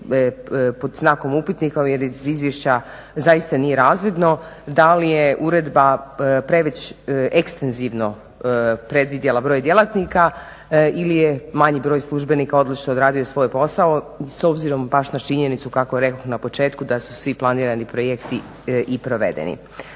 pod znakom upitnika jer iz izvješća zaista nije razvidno da li je uredba preveć ekstenzivno predvidjela broj djelatnika ili je manji broj službenika odlično odradio svoj posao s obzirom baš na činjenicu kako rekoh na početku da su svi planirani projekti i provedeni.